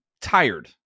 tired